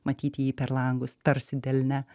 matyti jį per langus tarsi delne